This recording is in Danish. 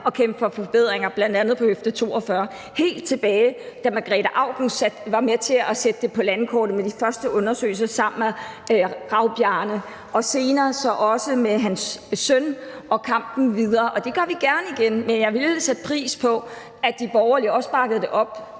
at kæmpe for forbedringer på bl.a. høfde 42, helt tilbage da Margrete Auken var med til at sætte det på landkortet med de første undersøgelser sammen med Rav-Aage og senere også med sønnen Bjarne og kampen videre. Det gør vi gerne igen, men jeg ville sætte pris på, at de borgerlige også bakkede det op,